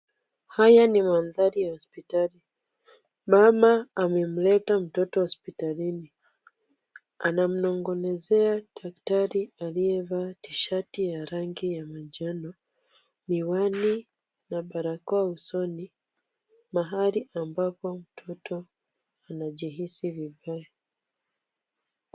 Haya ni mandhari ya hospitali. Mama amemleta mtoto hospitalini. Anamnong'onezea daktari aliyevaa tishati ya rangi ya manjano, miwani na barakoa usoni, mahali ambapo mtoto anajihisi vibaya.